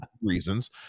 reasons